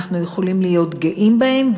אנחנו יכולים להיות גאים בהם,